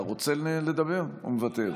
אתה רוצה לדבר או מוותר?